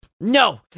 No